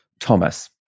Thomas